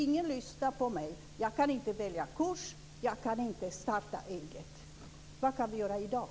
Ingen lyssnar på mig. Jag kan inte välja kurs, och jag kan inte starta eget. Vad kan vi göra i dag?